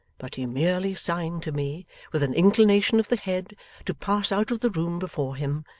but he merely signed to me with an inclination of the head to pass out of the room before him,